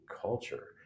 culture